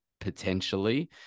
potentially